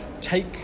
take